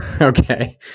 Okay